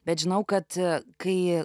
bet žinau kad kai